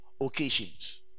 occasions